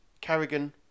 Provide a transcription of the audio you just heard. Carrigan